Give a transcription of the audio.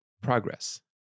progress